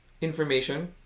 information